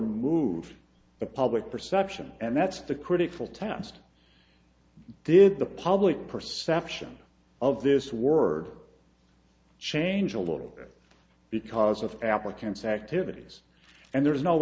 move the public perception and that's the critical test did the public perception of this word change a little bit because of applicants activities and there is no